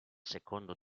secondo